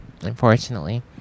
Unfortunately